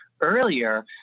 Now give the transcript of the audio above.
earlier